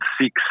six